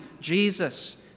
Jesus